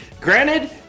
Granted